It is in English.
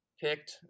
picked